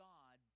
God